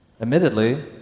Admittedly